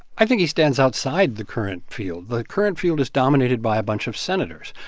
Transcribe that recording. i think he stands outside the current field. the current field is dominated by a bunch of senators.